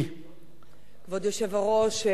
כבוד היושב-ראש, כבוד השר,